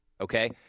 Okay